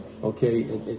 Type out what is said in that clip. okay